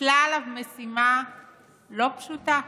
הוטלה עליו משימה לא פשוטה.